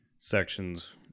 Sections